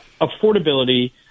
affordability